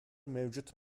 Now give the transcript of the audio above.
mevcut